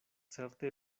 certe